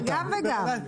גם וגם.